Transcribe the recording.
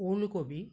ওলকবি